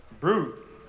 Brute